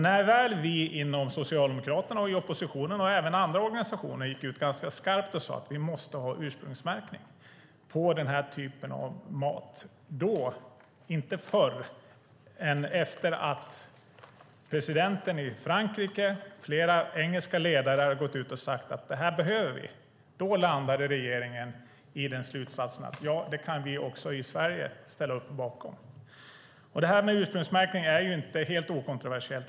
När väl vi inom Socialdemokraterna, i oppositionen och även andra organisationer gick ut ganska skarpt och sade att vi måste ha ursprungsmärkning på den här typen av mat, men inte förrän efter att presidenten i Frankrike och flera engelska ledare hade gått ut och sagt att det här behöver vi, landade regeringen i slutsatsen att det kan vi också i Sverige ställa upp på. Ursprungsmärkning är ju inte helt okontroversiellt.